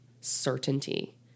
certainty